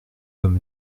comme